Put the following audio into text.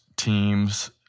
Teams